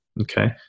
Okay